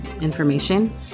information